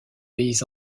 pays